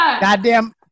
Goddamn